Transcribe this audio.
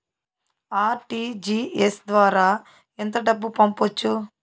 RTGS ద్వారా ఎంత డబ్బు పంపొచ్చు?